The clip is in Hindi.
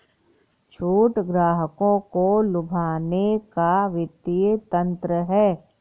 छूट ग्राहकों को लुभाने का वित्तीय तंत्र है